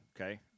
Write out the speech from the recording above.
Okay